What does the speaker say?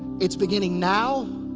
it's beginning now